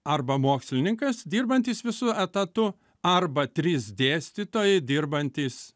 arba mokslininkas dirbantis visu etatu arba trys dėstytojai dirbantys